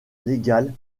légale